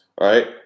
right